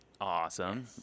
Awesome